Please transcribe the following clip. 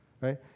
right